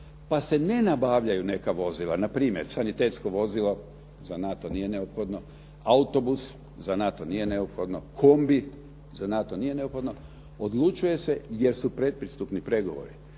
pa se nabavljaju neka vozila. Na primjer, sanitetsko vozilo za NATO nije neophodno, autobus za NATO nije neopohodno, kombi za NATO nije neophodno, odlučuje se jer su predpristupni pregovori,